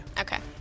Okay